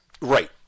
Right